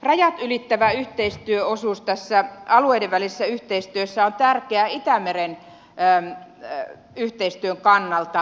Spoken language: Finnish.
rajat ylittävä yhteistyöosuus tässä alueiden välisessä yhteistyössä on tärkeä itämeren yhteistyön kannalta